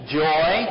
joy